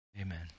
Amen